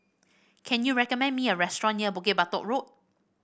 can you recommend me a restaurant near Bukit Batok Road